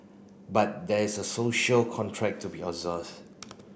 but there's a social contract to be observed